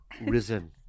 risen